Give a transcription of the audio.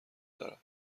دارد